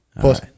Plus